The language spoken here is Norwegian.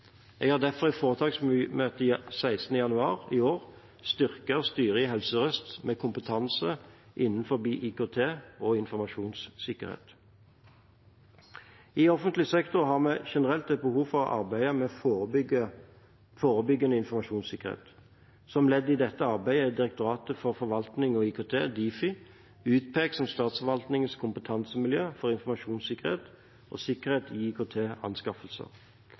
Jeg har derfor i foretaksmøtet 16. januar i år styrket styret i Helse Sør-Øst med kompetanse innen IKT og informasjonssikkerhet. I offentlig sektor har vi generelt et behov for å arbeide med forebyggende informasjonssikkerhet. Som ledd i dette arbeidet er Direktoratet for forvaltning og IKT, Difi, utpekt som statsforvaltningens kompetansemiljø for informasjonssikkerhet og sikkerhet i